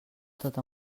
tot